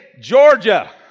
Georgia